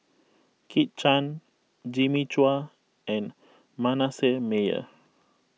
Kit Chan Jimmy Chua and Manasseh Meyer